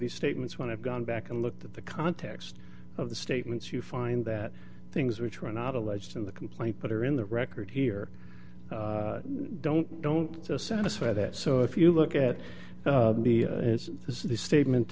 these statements when i've gone back and looked at the context of the statements you find that things which were not alleged in the complaint but are in the record here don't don't satisfy that so if you look at b this is the statement